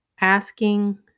asking